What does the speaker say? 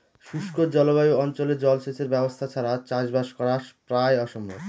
শুষ্ক জলবায়ু অঞ্চলে জলসেচের ব্যবস্থা ছাড়া চাষবাস করা প্রায় অসম্ভব